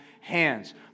hands